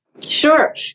Sure